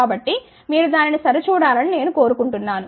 కాబట్టిమీరు దానిని సరిచూడాలని నేను కోరుకుంటున్నాను